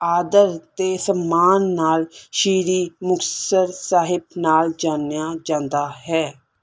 ਆਦਰ ਅਤੇ ਸਮਾਨ ਨਾਲ ਸ਼੍ਰੀ ਮੁਕਤਸਰ ਸਾਹਿਬ ਨਾਲ ਜਾਣਿਆ ਜਾਂਦਾ ਹੈ